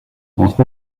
entre